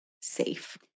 safe